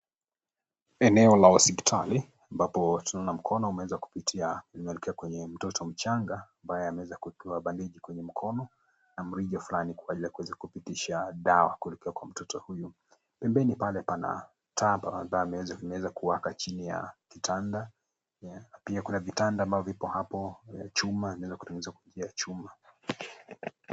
Eneo la hospitali ambapo tunaona mkono umeweza kupitia, unaelekea kwenye mtoto mchanga ambaye ameweza kuwekewa bandeji kwenye mkono na mrija fulani kwa ajili ya kuweza kupitisha dawa kuelekea kwa mtoto huyu. Pembeni pale juna taa zimeweza kuwaka chini ya kitanda na pia kuna vitanda ambavyo viko hapo vya chuma.